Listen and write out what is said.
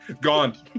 Gone